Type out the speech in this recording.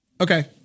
okay